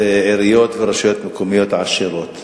ויש רשויות מקומיות עשירות.